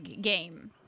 game